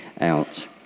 out